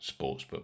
sportsbook